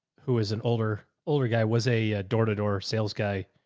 who is an older, older guy, was a door to door sales guy,